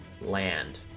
land